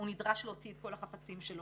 הוא נדרש להוציא את כל החפצים שלו,